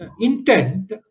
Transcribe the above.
Intent